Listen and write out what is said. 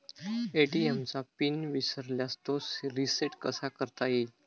ATM चा pin विसरल्यास तो रिसेट कसा करता येईल?